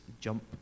jump